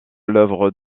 l’œuvre